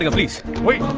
ah please wait